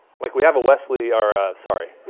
like, we have a westley or, ah sorry.